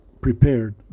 prepared